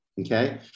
Okay